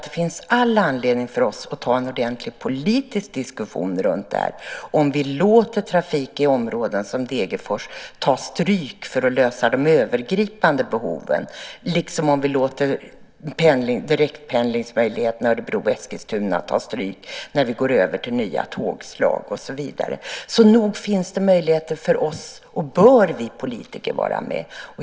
Det finns all anledning för oss att ta en ordentlig politisk diskussion om det här, om vi låter trafiken i områden som Degerfors ta stryk för att lösa de övergripande behoven, liksom om vi låter direktpendlingsmöjligheten Örebro-Eskilstuna ta stryk när vi går över till nya tågslag och så vidare. Nog finns det möjligheter för oss politiker att vara med, och vi bör vara med.